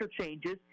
changes